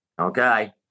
Okay